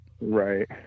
Right